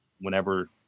whenever